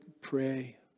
pray